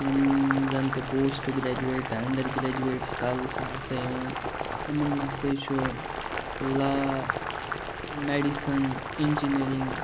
یِم زَن تہٕ پوسٹ گریجویٹ تہٕ اَنٛڈَر گریجویٹَس تَل چھِ آسان یِوان یِمَن منٛز ہسا چھُ لا میٚڈِسَن اِنٛجینٔرِنٛگ